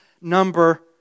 number